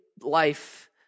life